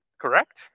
correct